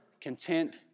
content